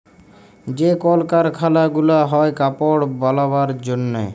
যে কল কারখালা গুলা হ্যয় কাপড় বালাবার জনহে